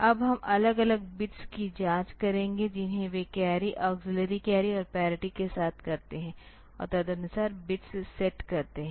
अब हम अलग अलग बिट्स की जाँच करेंगे जिन्हें वे कैरी अक्सिल्लरी कैरी और पैरिटी के साथ करते हैं और तदनुसार बिट्स सेट करते हैं